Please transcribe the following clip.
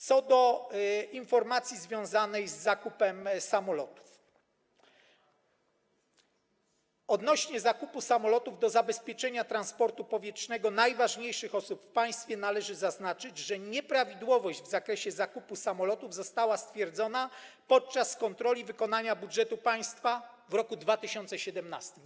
Co do informacji związanej z zakupem samolotów służących do zabezpieczenia transportu powietrznego najważniejszych osób w państwie należy zaznaczyć, że nieprawidłowość w zakresie zakupu samolotów została stwierdzona podczas kontroli wykonania budżetu państwa w roku 2017.